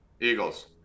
Eagles